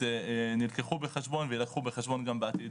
נלקחו בחשבון ויילקחו בחשבון גם בעתיד.